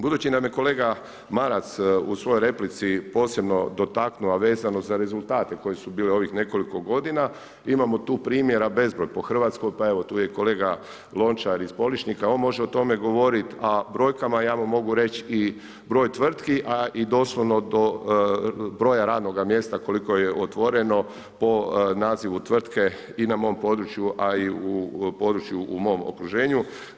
Budući nam je kolega Maras u svojoj replici posebno dotaknuo, a vezano za rezultate koji su bili ovih nekoliko godina, imamo tu primjera bezbroj po Hrvatskoj pa evo tu je kolega Lonačr iz POličnika on može o tome govoriti, a brojkama ja vam mogu reći broj tvrtki, a i doslovno do broja radnoga mjesta koliko je otvoreno po nazivu tvrtke i na mom području, a i u području u mom okruženju.